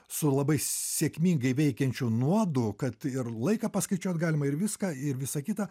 su labai sėkmingai veikiančiu nuodu kad ir laiką paskaičiuot galima ir viską ir visa kita